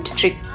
trick